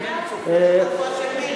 הם צופים בהופעה של מירי.